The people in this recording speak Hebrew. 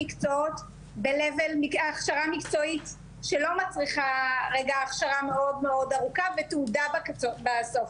במקצועות והכשרה מקצועית שלא מצריכה הכשרה מאוד מאוד ארוכה ותעודה בסוף.